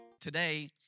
Today